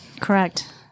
correct